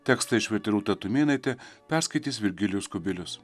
tekstą išvertė rūta tumėnaitė perskaitys virgilijus kubilius